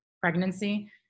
Pregnancy